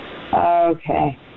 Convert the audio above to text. Okay